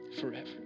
forever